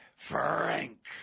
Frank